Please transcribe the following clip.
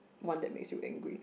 one that makes you angry